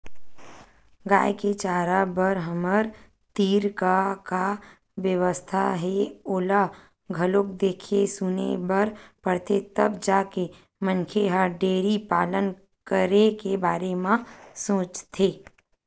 गाय के चारा बर हमर तीर का का बेवस्था हे ओला घलोक देखे सुने बर परथे तब जाके मनखे ह डेयरी पालन करे के बारे म सोचथे